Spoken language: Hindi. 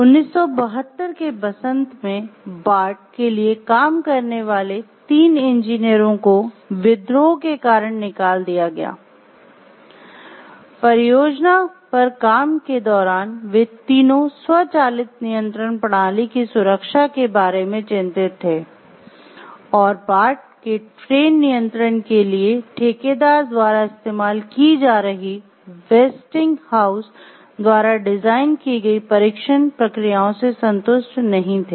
Student बार्ट द्वारा डिज़ाइन की गई परीक्षण प्रक्रियाओं से संतुष्ट नहीं थे